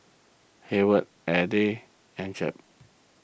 Hayward Elgie and Jep